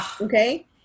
Okay